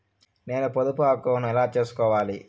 నేను పొదుపు అకౌంటు ను ఎలా సేసుకోవాలి?